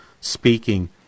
speaking